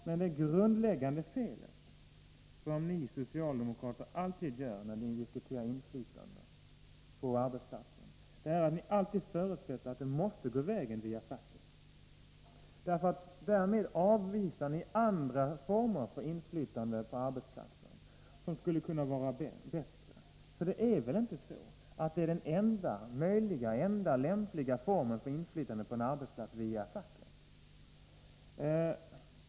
Men det grundläggnade skäl som ni socialdemokrater alltid gör när ni diskuterar inflytande på arbetsplatsen är att ni förutsätter att det måste gå vägen via facket. Därmed avvisar ni andra former för inflytande på arbetsplatsen som skulle kunna vara bättre. För det är väl inte så att den enda möjliga och lämpliga formen för inflytande på en arbetsplats är via facket?